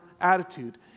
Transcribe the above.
attitude